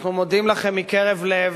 אנחנו מודים לכם מקרב לב.